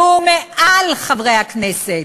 והוא מעל חברי הכנסת.